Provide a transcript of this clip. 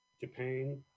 Japan